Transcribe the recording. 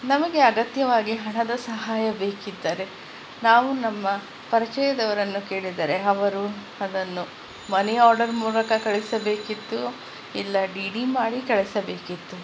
ನಮಗೆ ಅಗತ್ಯವಾಗಿ ಹಣದ ಸಹಾಯ ಬೇಕಿದ್ದರೆ ನಾವು ನಮ್ಮ ಪರಿಚಯದವರನ್ನು ಕೇಳಿದರೆ ಅವರು ಅದನ್ನು ಮನಿ ಆರ್ಡರ್ ಮೂಲಕ ಕಳಿಸಬೇಕಿತ್ತು ಇಲ್ಲಾ ಡಿ ಡಿ ಮಾಡಿ ಕಳಿಸಬೇಕಿತ್ತು